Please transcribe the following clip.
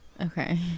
Okay